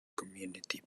community